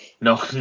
No